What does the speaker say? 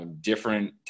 different